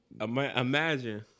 Imagine